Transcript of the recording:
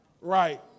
Right